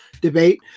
debate